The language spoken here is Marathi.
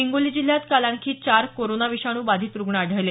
हिंगोली जिल्ह्यात काल आणखी चार कोरोना विषाणू बाधित रुग्ण आढळले